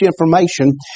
information